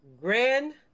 Grand